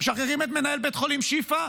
אתם משחררים את מנהל בית החולים שיפא,